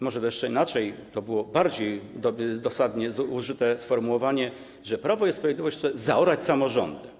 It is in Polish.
Może jeszcze inaczej, bo to było bardziej dosadne sformułowanie, że Prawo i Sprawiedliwość chce zaorać samorządy.